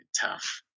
tough